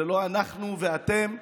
זה לא אנחנו ואתם,